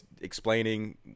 explaining